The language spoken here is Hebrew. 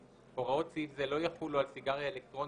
(ג)הוראות סעיף זה לא יחולו על סיגריה אלקטרונית,